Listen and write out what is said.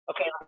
Okay